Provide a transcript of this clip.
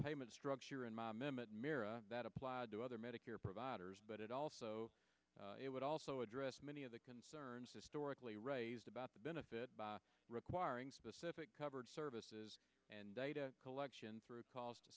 payment structure in my mehmet mirror that applied to other medicare providers but it also it would also address many of the concerns historically raised about the benefit by requiring specific covered services and data collection through c